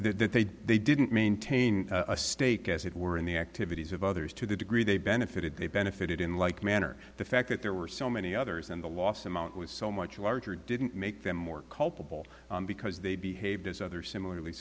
did they didn't maintain a stake as it were in the activities of others to the degree they benefited they benefited in like manner the fact that there were so many others and the loss amount was so much larger didn't make them more culpable because they behaved as other similarly